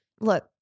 Look